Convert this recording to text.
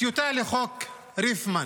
והטיוטה לחוק ריפמן.